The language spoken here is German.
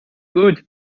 gut